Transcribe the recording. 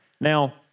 Now